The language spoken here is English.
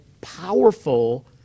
powerful